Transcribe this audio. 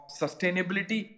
sustainability